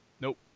Nope